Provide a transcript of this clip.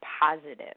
positive